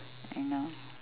you know